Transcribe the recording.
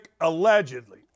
allegedly